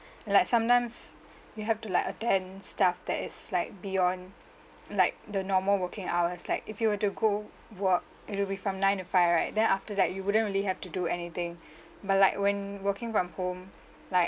like sometimes you have to like attend stuff that is like beyond like the normal working hours like if you were to go work it will be from nine to five right then after that you wouldn't really have to do anything but like when working from home like